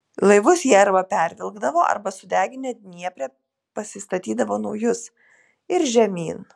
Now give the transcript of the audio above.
laivus jie arba pervilkdavo arba sudeginę dniepre pasistatydavo naujus ir žemyn